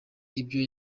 ibyo